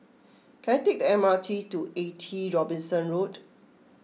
can I take the M R T to eighty Robinson Road